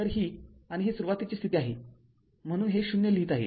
तर ही आणि ही सुरुवातीची स्थिती आहे म्हणून हे ० लिहीत आहे